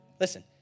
Listen